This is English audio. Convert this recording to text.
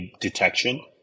detection